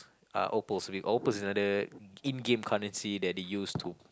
ah opals the opal is another in-game currency that they used to